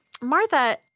Martha